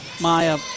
Maya